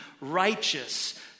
righteous